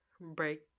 break